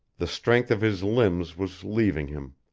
the strength of his limbs was leaving him.